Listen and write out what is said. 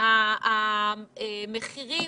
המחירים